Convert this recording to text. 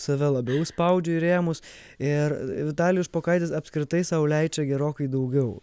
save labiau spaudžiu į rėmus ir vitalijus špokaitis apskritai sau leidžia gerokai daugiau